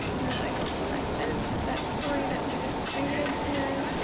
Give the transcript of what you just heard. and i will select this, that story that we just created here,